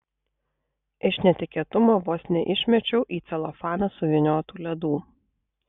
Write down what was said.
iš netikėtumo vos neišmečiau į celofaną suvyniotų ledų